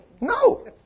No